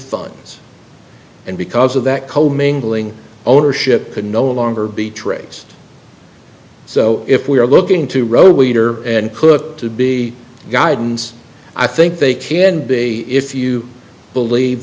funds and because of that commingling ownership could no longer be traced so if we are looking to road leader and cook to be guidance i think they can be if you believe